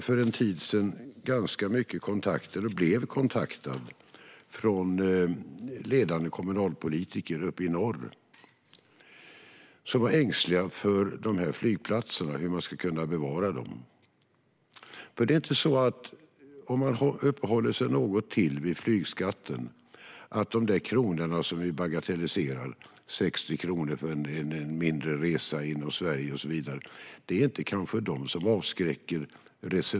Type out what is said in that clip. För en tid sedan hade jag ganska mycket kontakt med ledande kommunalpolitiker uppe i norr. De kontaktade mig då de var ängsliga över hur de skulle kunna bevara sina flygplatser. Om jag får uppehålla mig lite till vid flygskatten avskräcker nog inte de där kronorna som vi bagatelliserar resenären. Vi brukar tala om 60 kronor för en mindre resa inom Sverige.